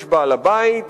יש בעל הבית,